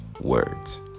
words